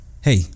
Hey